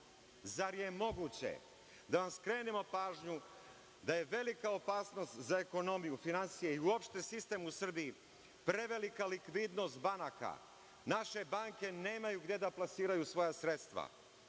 Zar je moguće? Da vam skrenemo pažnju da je velika opasnost za ekonomiju, finansije i uopšte sistem u Srbiji prevelika likvidnost banaka. Naše banke nemaju gde da plasiraju svoja sredstva.